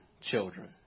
children